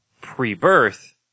pre-birth